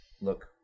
look